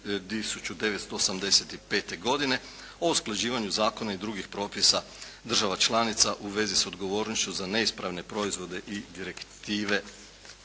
1985. godine o usklađivanju zakona i drugih propisa država članica u vezi sa odgovornošću za neispravne proizvode i direktive